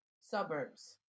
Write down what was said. suburbs